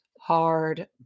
hard